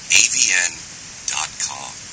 avn.com